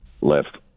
left